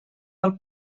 del